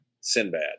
Sinbad